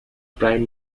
prime